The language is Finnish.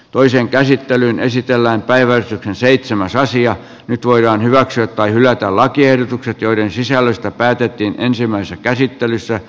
toisen käsittelyn esitellään päivän seitsemäs nyt voidaan hyväksyä tai hylätä lakiehdotukset joiden sisällöstä päätettiin ensimmäisessä käsittelyssä